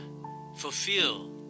fulfill